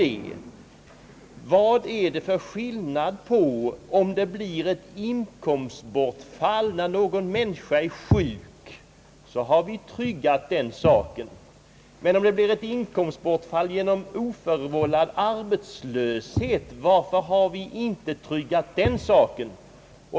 Vad är det för skillnad mellan olika slag av inkomstbortfall? När någon människa är sjuk, är han eller hon tryggad genom sjukförsäkringen. Men om det blir ett inkomstbortfall på grund av oförvållad arbetslöshet, varför har man inte tryggat den saken?